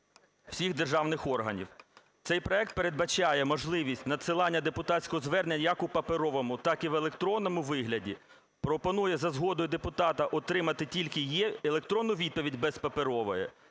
всіх державних органів. Цей проект передбачає можливість надсилання депутатського звернення як у паперовому, так і в електронному вигляді, пропонує за згодою депутата отримати тільки електронну відповідь, без паперової,